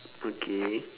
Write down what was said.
okay